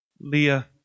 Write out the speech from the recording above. Leah